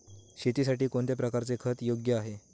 शेतीसाठी कोणत्या प्रकारचे खत योग्य आहे?